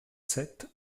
sept